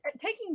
taking